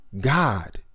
God